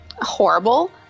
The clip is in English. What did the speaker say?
Horrible